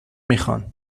میخان